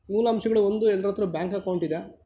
ಮೂಲಾಂಶಗಳು ಒಂದು ಎಲ್ಲರ ಹತ್ರನು ಬ್ಯಾಂಕ್ ಅಕೌಂಟ್ ಇದೆ